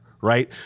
right